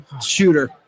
shooter